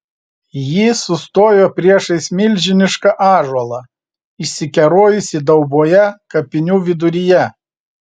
ji sustojo priešais milžinišką ąžuolą išsikerojusį dauboje kapinių viduryje